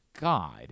god